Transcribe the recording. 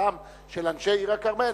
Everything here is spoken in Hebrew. בקשתם של אנשי עיר-הכרמל,